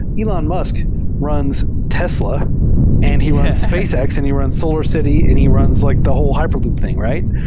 elon musk runs tesla and he runs spacex and he runs solar city and he runs like the whole hyperloop thing, right?